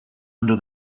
under